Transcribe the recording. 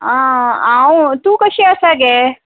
आं हांव तूं कशी आसा गे